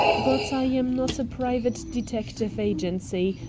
but i am not a private detective agency,